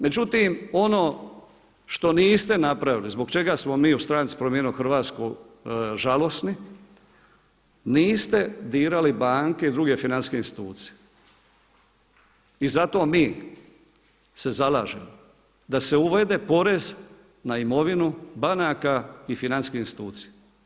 Međutim ono što niste napravili, zbog čega smo mi u stranci „Promijenimo Hrvatsku“ žalosni niste dirali banke, druge financijske institucije i zato mi se zalažemo da se uvede porez na imovinu banaka i financijskih institucija.